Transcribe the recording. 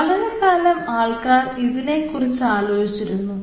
വളരെക്കാലം ആൾക്കാർ ഇതിനെക്കുറിച്ച് ആലോചിച്ചിരുന്നു